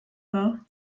war